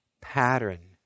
pattern